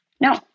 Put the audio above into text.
No